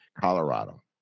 Colorado